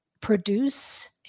produce